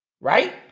right